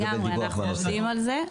לגמרי, אנחנו עובדים על זה.